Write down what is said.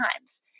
times